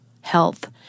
health